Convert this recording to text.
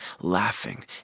laughing